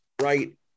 right